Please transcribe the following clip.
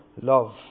love